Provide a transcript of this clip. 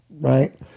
right